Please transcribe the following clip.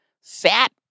sat